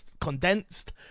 condensed